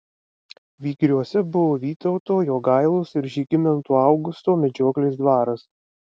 vygriuose buvo vytauto jogailos ir žygimanto augusto medžioklės dvaras